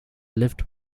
lived